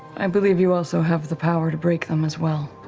i believe you also have the power to break them as well.